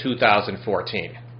2014